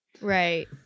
Right